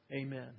amen